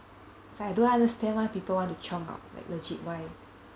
that's why I don't understand why people wanna chiong out like legit why